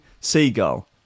seagull